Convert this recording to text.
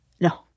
No